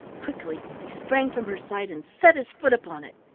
quickly he sprang from her side and set his foot upon it.